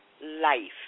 Life